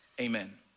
amen